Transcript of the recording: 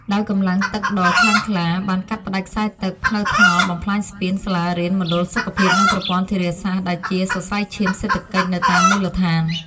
ដោយកម្លាំងទឹកដ៏ខ្លាំងក្លាបានកាត់ផ្ដាច់ខ្សែទឹក ផ្លូវថ្នល់ បំផ្លាញស្ពាន សាលារៀន មណ្ឌលសុខភាព និងប្រព័ន្ធធារាសាស្ត្រដែលជាសរសៃឈាមសេដ្ឋកិច្ចនៅតាមមូលដ្ឋាន។